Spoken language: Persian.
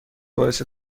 باعث